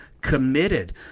committed